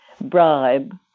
bribe